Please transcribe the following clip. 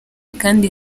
kandi